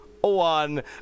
one